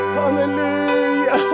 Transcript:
hallelujah